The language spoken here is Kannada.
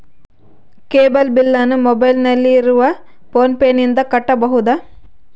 ಕೇಬಲ್ ಬಿಲ್ಲನ್ನು ಮೊಬೈಲಿನಲ್ಲಿ ಇರುವ ಫೋನ್ ಪೇನಿಂದ ಕಟ್ಟಬಹುದಾ?